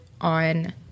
on